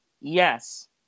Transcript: Yes